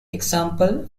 example